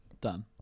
Done